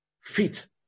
feet